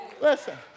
Listen